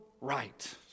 right